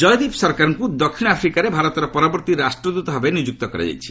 MEA Jaideep ସରକାରଙ୍କୁ ଦକ୍ଷିଣ ଆଫ୍ରିକାରେ ଭାରତର ପରବର୍ତ୍ତୀ ରାଷ୍ଟ୍ରଦତ ଭାବେ ନିଯୁକ୍ତ କରାଯାଇଛି